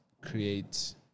create